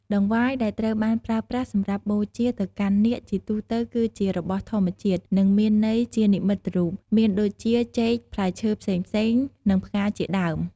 តង្វាយដែលត្រូវបានប្រើប្រាស់សម្រាប់បូជាទៅកាន់នាគ ជាទូទៅគឺជារបស់ធម្មជាតិ និងមានន័យជានិមិត្តរូប មានដូចជា ចេក ផ្លែឈើផ្សេងៗ និង ផ្កា ជាដើម។